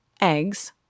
eggs